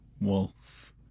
Wolf